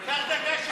קח דקה שלי.